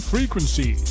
Frequency